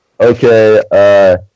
okay